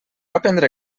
aprendre